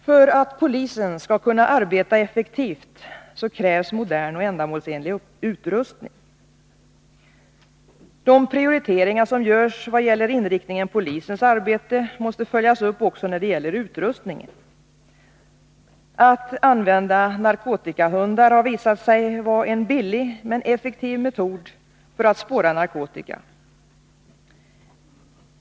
För att polisen skall kunna arbeta effektivt krävs modern och ändamålsenlig utrustning. De prioriteringar som görs vad gäller inriktningen av polisens arbete måste följas upp också när det gäller utrustningen. Att använda narkotikahundar har visat sig vara en billig men effektiv metod för att spåra narkotika.